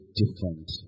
different